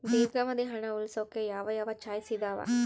ದೇರ್ಘಾವಧಿ ಹಣ ಉಳಿಸೋಕೆ ಯಾವ ಯಾವ ಚಾಯ್ಸ್ ಇದಾವ?